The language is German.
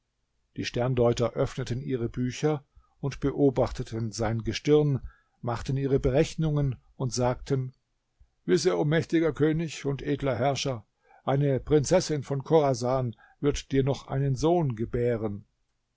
die sterndeuter öffneten ihre bücher und beobachteten sein gestirn machten ihre berechnungen und sagten wisse o mächtiger könig und edler herrscher eine prinzessin von chorasan wird dir noch einen sohn gebären